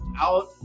out